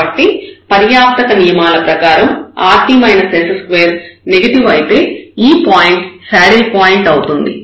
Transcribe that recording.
కాబట్టి పర్యాప్తక నియమాల ప్రకారం rt s2 నెగెటివ్ అయితే ఈ పాయింట్ శాడిల్ పాయింట్ అవుతుంది